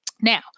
Now